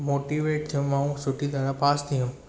motivate थियुमि ऐं सुठी तरह पास थी वियुमि